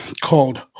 called